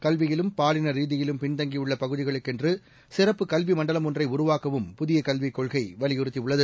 கல்வியிலும் பாலின ரீதியிலும் பின்தங்கியுள்ள பகுதிகளுக்கென்று சிறப்பு கல்வி மண்டலம் ஒன்றை உருவாக்கவும் புதிய கல்விக் கொள்கை வலியுறுத்தியுள்ளது